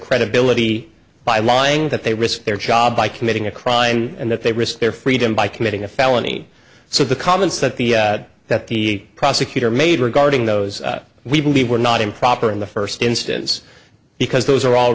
credibility by lying that they risk their job by committing a crime and that they risk their freedom by committing a felony so the comments that the that the prosecutor made regarding those we believe were not improper in the first instance because those are all